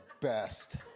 best